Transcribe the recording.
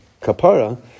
kapara